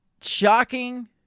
shocking